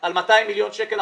על 200 מיליון שקלים הכנסה.